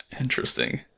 Interesting